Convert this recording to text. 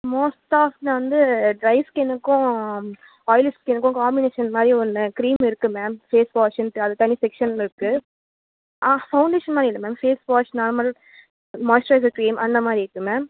most of வந்து dry ஸ்கின்னுக்கும் oily ஸ்கின்னுக்கும் காம்மினேஷன் மாதிரி ஒன்று கிரீம் இருக்குது மேம் ஃபேஸ் வாஷ்ஷுன்ட்டு அது தனி செக்சனில் இருக்குது ஆ ஃபவுண்டேசன் மாதிரி இல்லை ma'am face wash normal moisturiser cream அந்த மாதிரி இருக்குது மேம்